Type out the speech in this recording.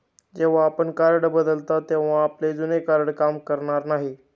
जेव्हा आपण कार्ड बदलता तेव्हा आपले जुने कार्ड काम करणार नाही